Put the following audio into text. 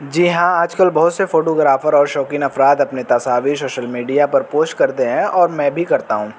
جی ہاں آج کل بہت سے فوٹوگرافر اور شوقین افراد اپنے تصاویر شوشل میڈیا پر پوسٹ کرتے ہیں اور میں بھی کرتا ہوں